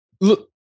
look